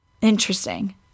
Interesting